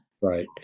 Right